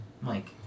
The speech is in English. Mike